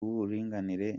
w’uburinganire